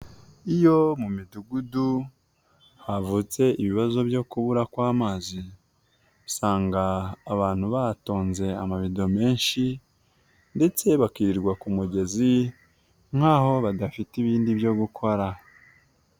Iyo mu midugudu havutse ibibazo byo kubura kw'amazi, usanga abantu batonze amabido menshi ndetse bakirirwa ku mugezi nk'aho badafite ibindi byo gukora.